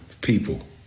people